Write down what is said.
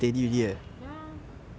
ya ya